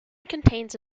contains